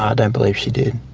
ah don't believe she did.